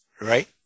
Right